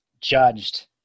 judged